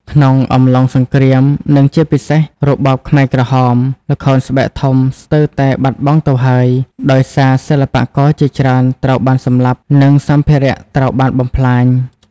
ក្នុងអំឡុងសង្គ្រាម និងជាពិសេសរបបខ្មែរក្រហម ល្ខោនស្បែកធំស្ទើរតែបាត់បង់ទៅហើយ ដោយសារសិល្បករជាច្រើនត្រូវបានសម្លាប់ និងសម្ភារៈត្រូវបានបំផ្លាញ ។